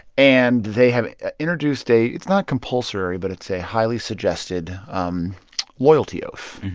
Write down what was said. and they have introduced a it's not compulsory, but it's a highly suggested um loyalty oath.